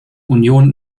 union